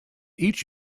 each